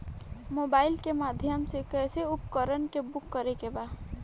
Mobile के माध्यम से कैसे उपकरण के बुक करेके बा?